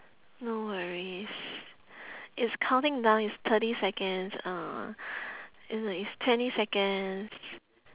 no worries it's counting down it's thirty seconds uh it's like it's twenty seconds